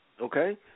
okay